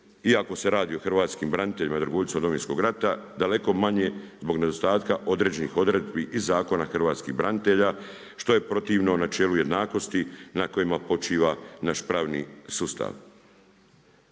iako se radi o hrvatskim braniteljima i dragovoljcima Domovinskog rata daleko manje zbog nedostatka određenih odredbi iz Zakona o hrvatskim braniteljima što je protivno načelu jednakosti na kojima počiva naš pravni sustav.